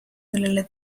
millele